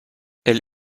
elle